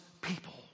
people